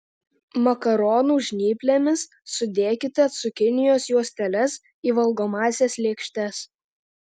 makaronų žnyplėmis sudėkite cukinijos juosteles į valgomąsias lėkštes